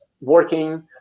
working